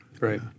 Right